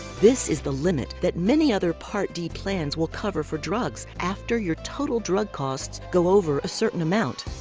this is the limit that many other part d plans will cover for drugs after your total drug costs go over a certain amount.